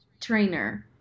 Trainer